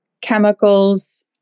chemicals